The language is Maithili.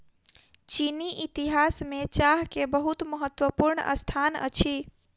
चीनी इतिहास में चाह के बहुत महत्वपूर्ण स्थान अछि